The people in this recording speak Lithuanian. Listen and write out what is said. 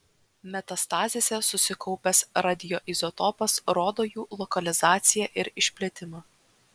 metastazėse susikaupęs radioizotopas rodo jų lokalizaciją ir išplitimą